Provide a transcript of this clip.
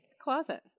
closet